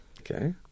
Okay